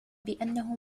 بأنه